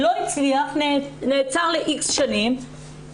לא הצליח, נעצר ל-X שנים,